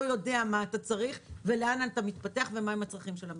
יודע מה אתך צריך ולאן אתה מתפתח ומהם הצרכים של המשק.